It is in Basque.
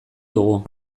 dugu